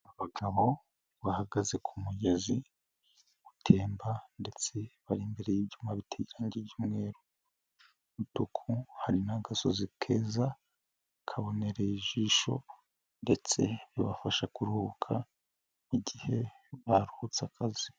Abagabo bahagaze ku mugezi utemba ndetse bari imbere y'ibyuma biteye irangi ry'umweru, umutuku hari n'agasozi keza kabonereye ijisho ndetse bibafasha kuruhuka igihe baruhutse akazi.